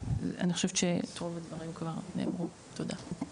רוב הדברים כבר נאמרו, תודה.